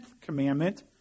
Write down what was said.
commandment